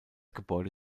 gebäude